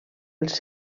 els